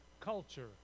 culture